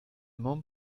mont